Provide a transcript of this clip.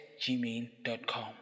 gmail.com